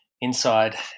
inside